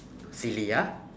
silly ah